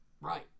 Right